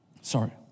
Sorry